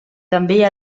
també